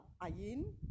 ayin